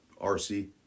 rc